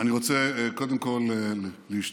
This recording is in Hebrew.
אני רוצה קודם כול להשתתף,